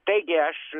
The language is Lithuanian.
taigi aš